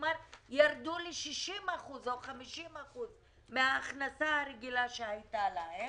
כלומר ירדו ל-60% או 50% מההכנסה הרגילה שהייתה להם